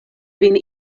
vin